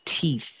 teeth